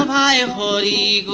um i um e.